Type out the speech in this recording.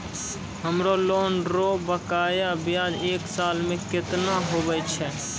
हमरो लोन रो बकाया ब्याज एक साल मे केतना हुवै छै?